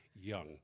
young